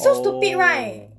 oh